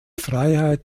freiheit